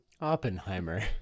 Oppenheimer